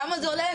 כמה זה עולה להם,